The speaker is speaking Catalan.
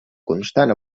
constant